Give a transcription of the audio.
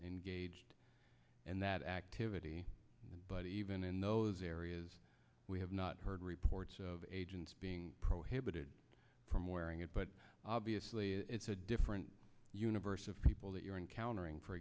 engaged in that activity but even in those areas we have not heard reports of agents being prohibited from wearing it but obviously it's a different universe of people that you're encountering for